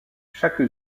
chaque